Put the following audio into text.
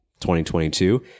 2022